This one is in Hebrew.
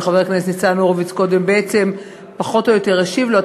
וחבר הכנסת ניצן הורוביץ קודם בעצם פחות או יותר השיב לו.